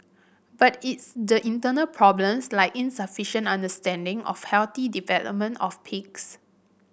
but it's the internal problems like insufficient understanding of healthy development of pigs